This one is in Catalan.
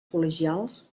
col·legials